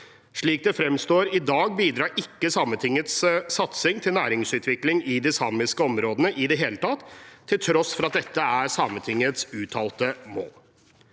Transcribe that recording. Slik det fremstår i dag, bidrar ikke Sametingets satsing til næringsutvikling i de samiske områdene i det hele tatt, til tross for at dette er Sametingets uttalte mål.